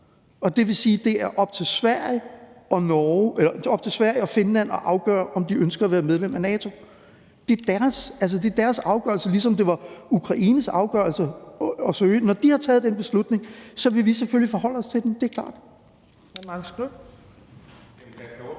og det vil sige, at det er op til Sverige og Finland at afgøre, om de ønsker at være medlem af NATO. Altså, det er deres afgørelse, ligesom det var Ukraines afgørelse at søge ind. Når de har taget den beslutning, vil vi selvfølgelig forholde os til den; det er klart.